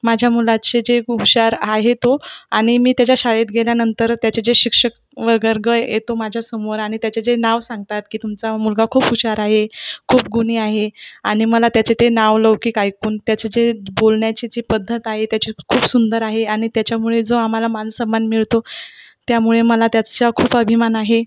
माझ्या मुलाचे जे हुशार आहे तो आणि मी त्याच्या शाळेत गेल्यानंतर त्याचे जे शिक्षक वर्ग येतो माझ्यासमोर आणि त्याचे नाव सांगतात की तुमचा मुलगा खूप हुशार आहे खूप गुणी आहे आणि मला त्याचे ते नावलौकिक ऐकून त्याचं जे बोलण्याची जी पद्धत आहे त्याची खूप सुंदर आहे आणि त्याच्यामुळे जो आम्हाला मानसन्मान मिळतो त्यामुळे मला त्याचा खूप अभिमान आहे